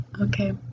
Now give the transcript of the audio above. Okay